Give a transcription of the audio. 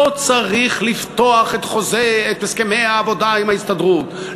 לא צריך לפתוח את הסכמי העבודה עם ההסתדרות.